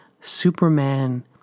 Superman